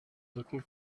looking